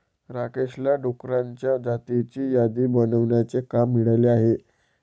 राकेशला डुकरांच्या जातींची यादी बनवण्याचे काम मिळाले आहे